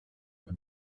when